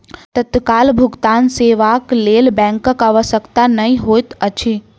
तत्काल भुगतान सेवाक लेल बैंकक आवश्यकता नै होइत अछि